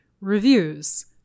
reviews